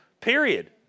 Period